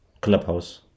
clubhouse